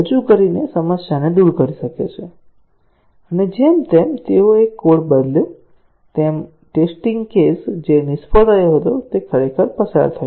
રજૂ કરીને સમસ્યાને દૂર કરી શકે છે અને જેમ જેમ તેઓએ કોડ બદલ્યો તેમ ટેસ્ટીંગ કેસ જે નિષ્ફળ રહ્યો હતો ખરેખર પસાર થયો